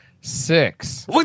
six